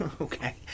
okay